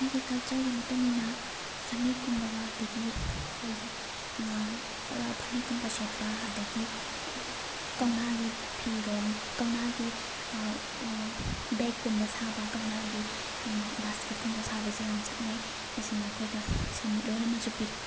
ꯑꯩꯒꯤ ꯀꯜꯆꯔꯒꯤ ꯃꯇꯨꯡꯏꯟꯅ ꯐꯅꯦꯛꯀꯨꯝꯕ ꯑꯗꯒꯤ ꯑꯩꯒꯤ ꯐꯅꯦꯛꯀꯨꯝꯕ ꯁꯦꯠꯄ ꯑꯗꯒꯤ ꯀꯧꯅꯥꯒꯤ ꯐꯤꯔꯣꯜ ꯀꯧꯅꯥꯒꯤ ꯕꯦꯛꯀꯨꯝꯕ ꯁꯥꯕ ꯀꯧꯅꯥꯒꯤ ꯕꯥꯁꯀꯦꯠꯀꯨꯝꯕ ꯁꯥꯕꯁꯤ ꯌꯥꯝ ꯆꯠꯅꯩ ꯁꯤꯁꯤꯅ ꯑꯩꯈꯣꯏꯗ ꯁꯦꯟꯃꯤꯠꯂꯣꯟ ꯑꯃꯁꯨ ꯄꯤ